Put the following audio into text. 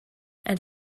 elle